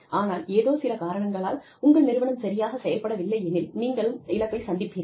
ஆனால் ஏதோ சில காரணங்களால் உங்கள் நிறுவனம் சரியாக செயல்பட வில்லை எனில் நீங்களும் இழப்பை சந்திப்பீர்கள்